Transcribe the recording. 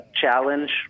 Challenge